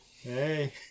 Hey